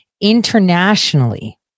internationally